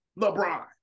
LeBron